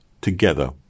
together